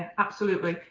absolutely.